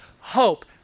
hope